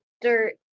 dirt